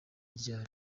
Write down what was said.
ryari